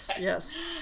yes